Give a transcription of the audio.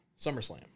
SummerSlam